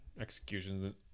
executions